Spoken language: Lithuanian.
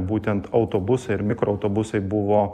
būtent autobusai ir mikroautobusai buvo